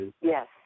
Yes